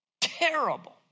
Terrible